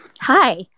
Hi